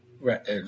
right